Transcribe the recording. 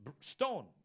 Stone